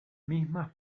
mismas